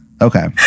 Okay